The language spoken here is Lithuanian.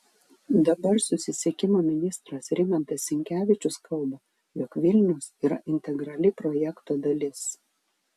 dabar susisiekimo ministras rimantas sinkevičius kalba jog vilnius yra integrali projekto dalis